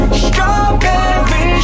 strawberry